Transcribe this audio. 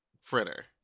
fritter